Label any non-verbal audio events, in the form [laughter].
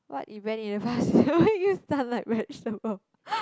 what event in the past will make you stun like vegetable [laughs]